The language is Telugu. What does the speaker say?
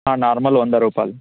నార్మల్ వంద రూపాయలు